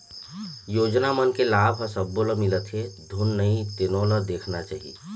योजना मन के लाभ ह सब्बो ल मिलत हे धुन नइ तेनो ल देखना चाही